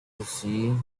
see